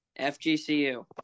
FGCU